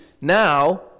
now